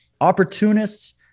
opportunists